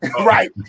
Right